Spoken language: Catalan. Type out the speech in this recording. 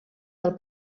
del